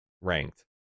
ranked